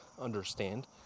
understand